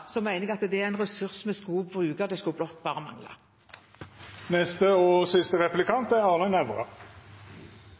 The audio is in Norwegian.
jeg at det er en ressurs vi skal bruke. Det skulle bare